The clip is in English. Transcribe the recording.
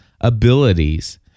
abilities